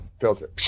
filter